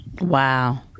Wow